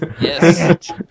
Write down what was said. Yes